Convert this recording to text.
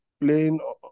playing